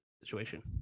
situation